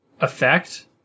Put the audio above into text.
effect